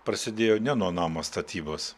prasidėjo ne nuo namo statybos